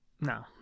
No